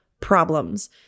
problems